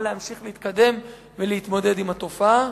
להמשיך להתקדם ולהתמודד עם התופעה.